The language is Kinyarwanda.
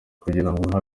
kugirango